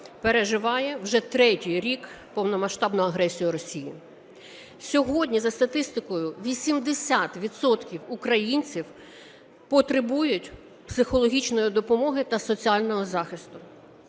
переживає вже третій рік повномасштабну агресію Росії. Сьогодні за статистикою 80 відсотків українців потребують психологічної допомоги та соціального захисту.